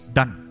Done